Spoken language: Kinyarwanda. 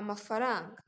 amafaranga.